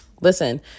listen